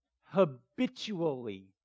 habitually